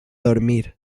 dormir